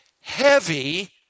heavy